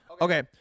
okay